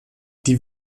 die